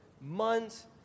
months